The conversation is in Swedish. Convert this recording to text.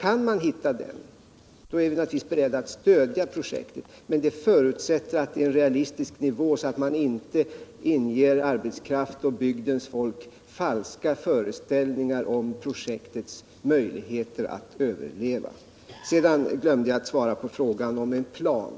Kan man hitta en sådan är vi naturligtvis beredda att stödja projektet. Men det måste vara en realistisk nivå, så att man inte inger bygdens folk falska föreställningar om projektets möjligheter att överleva. Sedan glömde jag svara på frågan om en plan.